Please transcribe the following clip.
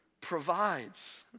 provides